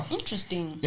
Interesting